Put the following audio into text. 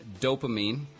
dopamine